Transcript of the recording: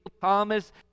Thomas